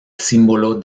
símbolo